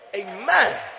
Amen